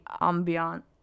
ambient